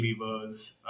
levers